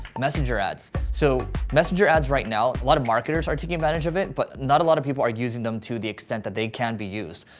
messenger ads. so messenger ads right now a lot of marketers are taking advantage of it but not a lot of people are using them to the extent that they can be used.